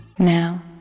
Now